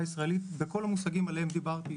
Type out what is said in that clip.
הישראלית בכל המושגים שעליהם דיברתי,